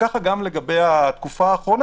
וככה גם לגבי התקופה האחרונה,